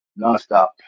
nonstop